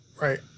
Right